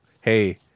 hey